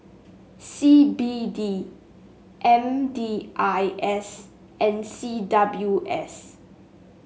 C B D M D I S and C W S